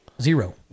zero